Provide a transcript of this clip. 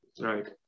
Right